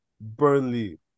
Burnley